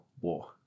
war